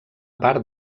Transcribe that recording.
part